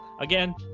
again